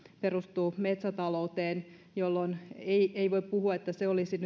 perustuu metsätalouteen jolloin ei ei voi puhua että se olisi